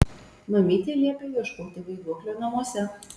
mamytė liepė ieškoti vaiduoklio namuose